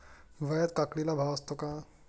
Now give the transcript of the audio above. हिवाळ्यात काकडीला भाव असतो का?